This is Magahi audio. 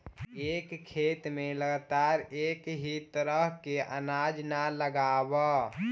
एक खेत में लगातार एक ही तरह के अनाज न लगावऽ